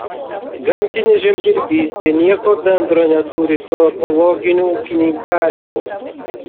gamtinė žemdirbystė nieko bendro neturi su ekologiniu ūkininkavimu